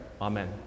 Amen